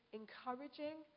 encouraging